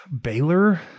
Baylor